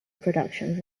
productions